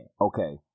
Okay